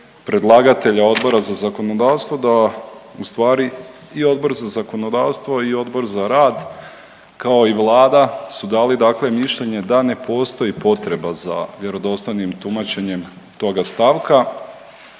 predlagatelja, Odbora za zakonodavstvo, da ustvari i Odbor za zakonodavstvo i Odbor za rad, kao i Vlada su dali dakle mišljenje da ne postoji potreba za vjerodostojnim tumačenjem toga stavka